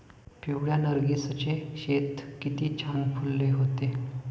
पिवळ्या नर्गिसचे शेत किती छान फुलले होते